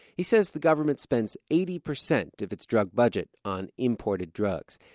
he says the government spends eighty percent of its drug budget on imported drugs.